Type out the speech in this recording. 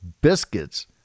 biscuits